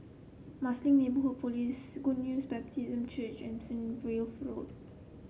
Marsiling Neighbourhood Police News Baptist Church and St Wilfred Road